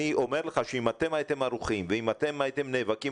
אני אומר לך שאם אתם הייתם ערוכים ואם אתם הייתם נאבקים